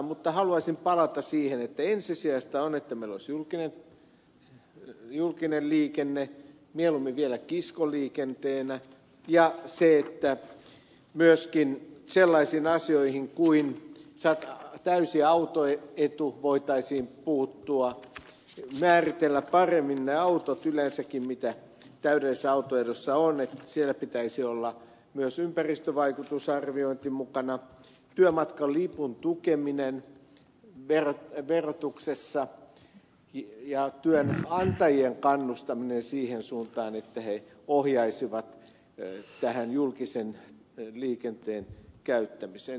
mutta haluaisin palata siihen että ensisijaista on että meillä olisi julkinen liikenne mieluummin vielä kiskoliikenteenä ja se että myöskin sellaisiin asioihin kuin täysi autoetu voitaisiin puuttua määritellä paremmin ne autot yleensäkin mitä täydellisessä autoedussa on että siellä pitäisi olla myös ympäristövaikutusarviointi mukana työmatkalipun tukeminen verotuksessa ja työnantajien kannustaminen siihen suuntaan että he ohjaisivat tähän julkisen liikenteen käyttämiseen